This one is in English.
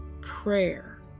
Prayer